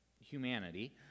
humanity